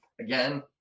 again